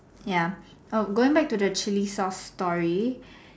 ya oh going back tot the chili sauce story